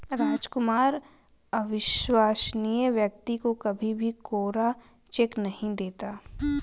रामकुमार अविश्वसनीय व्यक्ति को कभी भी कोरा चेक नहीं देता